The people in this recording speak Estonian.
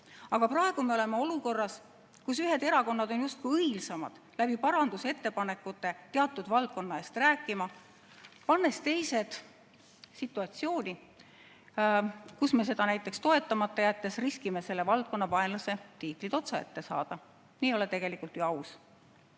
Aga praegu me oleme olukorras, kus ühed erakonnad on justkui õilsamad, räägivad parandusettepanekuid tehes teatud valdkonna eest, pannes teised situatsiooni, kus me seda ehk toetamata jättes riskime selle valdkonna vaenlase tiitli otsaette saada. Nii ei ole tegelikult ju aus.